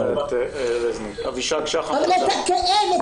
את הכאב,